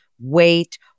weight